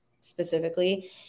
specifically